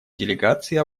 делегации